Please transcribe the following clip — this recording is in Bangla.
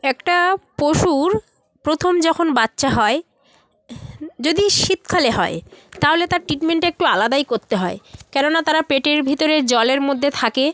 একটা পশুর প্রথম যখন বাচ্চা হয় যদি শীতকালে হয় তাহলে তার ট্রিটমেন্টটা একটু আলাদাই করতে হয় কেননা তারা পেটের ভিতরে জলের মধ্যে থাকে